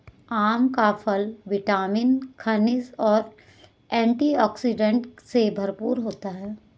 आम का फल विटामिन, खनिज और एंटीऑक्सीडेंट से भरपूर होता है